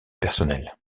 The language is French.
personnel